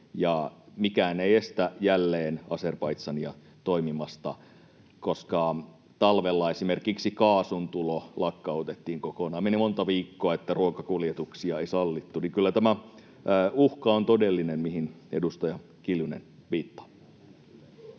mikään ei estä Azerbaidžania jälleen toimimasta. Talvella esimerkiksi kaasun tulo lakkautettiin kokonaan, ja meni monta viikkoa, että ruokakuljetuksia ei sallittu, eli kyllä tämä uhka, mihin edustaja Kiljunen viittaa,